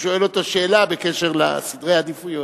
הוא שואל אותו שאלה בקשר לסדרי עדיפויות.